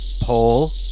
pull